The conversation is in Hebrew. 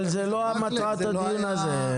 אבל זו לא מטרת הדיון הזה,